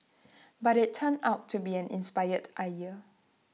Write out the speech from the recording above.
but IT turned out to be an inspired idea